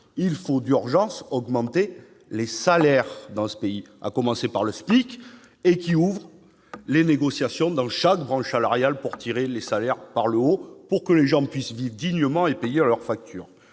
il faut d'urgence augmenter les salaires dans ce pays, à commencer par le SMIC, en ouvrant des négociations dans chaque branche salariale pour tirer les rémunérations vers le haut, afin que les gens puissent vivre dignement et payer leurs factures.